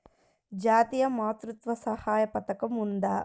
జాతీయ మాతృత్వ సహాయ పథకం ఉందా?